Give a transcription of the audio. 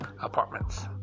Apartments